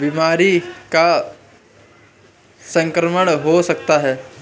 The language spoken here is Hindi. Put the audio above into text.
बीमारी का संक्रमण हो सकता है